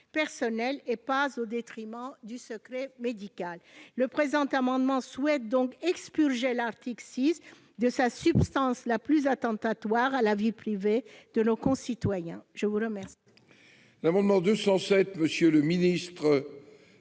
certainement pas au détriment du secret médical. Le présent amendement vise donc à expurger l'article 6 de sa substance la plus attentatoire à la vie privée de nos concitoyens. L'amendement